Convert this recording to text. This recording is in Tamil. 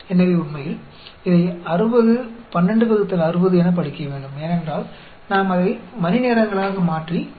எனவே உண்மையில் இதை 60 1260 என படிக்க வேண்டும் ஏனென்றால் நாம் அதை மணிநேரங்களாக மாற்றி 0